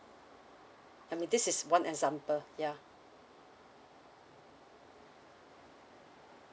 I mean this is one example yeah